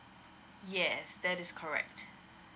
yes that is correct